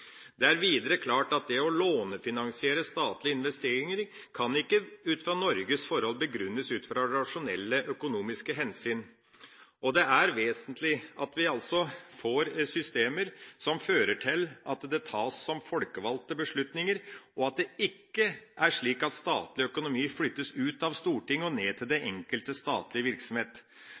Det er videre klart at det å lånefinansiere statlige investeringer kan ikke ut fra Norges forhold begrunnes ut fra rasjonelle økonomiske hensyn. Det er vesentlig at vi får systemer som fører til at det tas som folkevalgte beslutninger, og at det ikke er slik at statlig økonomi flyttes ut av Stortinget og ned til den enkelte statlige virksomhet.